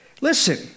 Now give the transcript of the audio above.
Listen